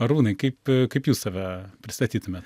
arūnai kaip kaip jūs save pristatytumėt